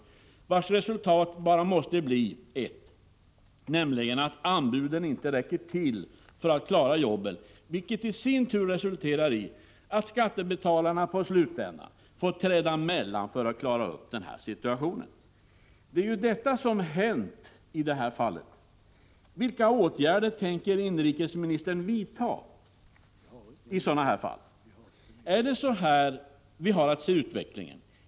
Resultatet av en sådan konkurrens kan bara bli ett, nämligen anbud som inte räcker till för att klara jobben. Detta resulterar i sin tur i att skattebetalarna i slutändan får träda emellan för att klara upp situationen. Det är detta som hänt i det här fallet. Vilka åtgärder tänker civilministern vidta i sådana här fall? Är det så här vi har att se utvecklingen?